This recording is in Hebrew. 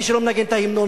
מי שלא מנגן את ההמנון,